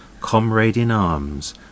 Comrade-in-Arms